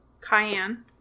Cayenne